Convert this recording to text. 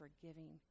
forgiving